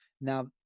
Now